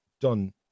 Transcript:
done